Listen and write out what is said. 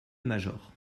major